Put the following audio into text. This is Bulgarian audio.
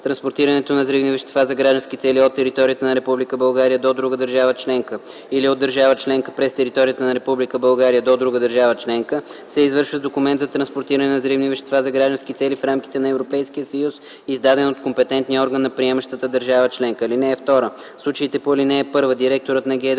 Транспортирането на взривни вещества за граждански цели от територията на Република България до друга държава членка или от държава членка през територията на Република България до друга държава членка се извършва с документ за транспортиране на взривни вещества за граждански цели в рамките на ЕС, издаден от компетентния орган на приемащата държава членка. (2) В случаите по ал. 1 директорът на ГДОП